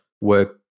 work